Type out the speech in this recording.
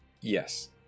Yes